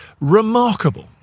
remarkable